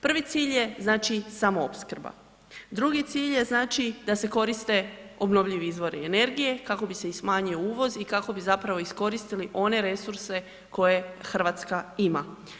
Prvi cilj je znači samoopskrba, drugi cilj je znači da se koriste obnovljivi izvori energije kako bi se i smanjio uvoz i kako bi zapravo iskoristili one resurse koje Hrvatska ima.